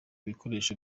ibikoresho